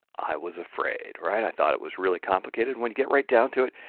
i was afraid, right? i thought it was really complicated. when you get right down to it,